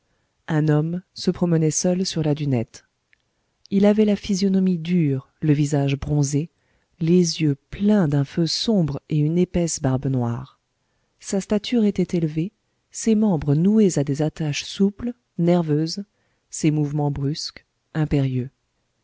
un homme se promenait seul sur la dunette il avait la physionomie dure le visage bronzé les yeux pleins d'un feu sombre et une épaisse barbe noire sa stature était élevée ses membres noués à des attaches souples nerveuses ses mouvements brusques impérieux